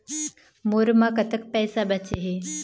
मोर म कतक पैसा बचे हे?